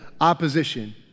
opposition